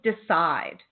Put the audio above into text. decide